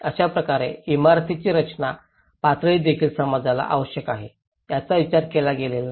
अशा प्रकारे इमारतीची रचना पातळीदेखील समाजाला आवश्यक आहे याचा विचार केला गेलेला नाही